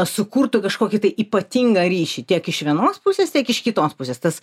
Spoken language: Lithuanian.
sukurtų kažkokį tai ypatingą ryšį tiek iš vienos pusės tiek iš kitos pusės tas